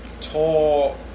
tall